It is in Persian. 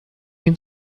این